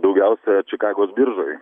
daugiausiai čikagos biržoj